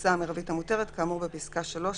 "התפוסה המרבית המותרת כאמור בפסקה (3)